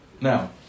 Now